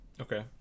Okay